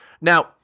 Now